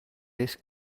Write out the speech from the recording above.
this